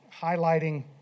highlighting